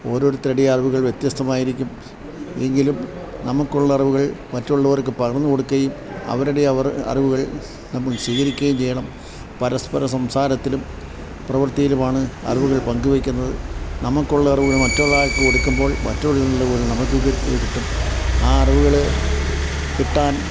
ഓരോരുത്തരുടെ അറിവുകൾ വ്യത്യസ്തമായിരിക്കും എങ്കിലും നമുക്കുള്ള അറിവുകളിൽ മറ്റുള്ളവർക്ക് പകർന്ന് കൊടുക്കുകയും അവരുടെ അറിവുകളിൽ നമ്മൾ സ്വീകരിക്കുകയും ചെയ്യണം പരസ്പരം സംസാരത്തിലും പ്രവർത്തിയിലുമാണ് അറിവുകൾ പങ്ക് വെയ്ക്കുന്നത് നമുക്ക് ഉള്ള അറിവുകൾ മറ്റൊരാൾക്ക് കൊടുക്കുമ്പോൾ മറ്റുള്ളവരിൽ നിന്നുള്ള വിവരം നമുക്കും തിരിച്ച് കിട്ടും ആ അറിവുകൾ കിട്ടാൻ